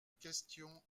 question